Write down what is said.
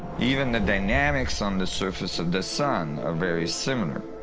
even the dynamics on the surface of the sun are very similar.